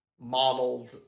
modeled